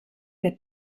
wird